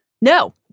No